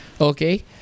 okay